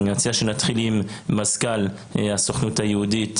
אני מציע שנתחיל עם מזכ"ל הסוכנות היהודית,